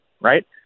right